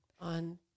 on